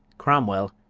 cromwell,